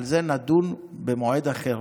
על זה נדון במועד אחר.